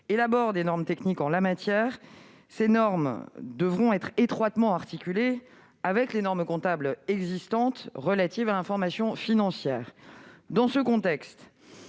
élabore des normes techniques en la matière. Ces normes devront être étroitement articulées avec les normes comptables existantes relatives à l'information financière. Dans ce contexte,